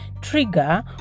trigger